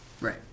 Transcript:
Right